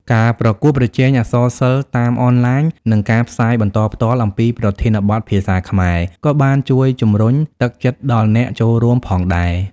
ការប្រកួតប្រជែងអក្សរសិល្ប៍តាមអនឡាញ និងការផ្សាយបន្តផ្ទាល់ អំពីប្រធានបទភាសាខ្មែរ ក៏បានជួយជំរុញទឹកចិត្តដល់អ្នកចូលរួមផងដែរ។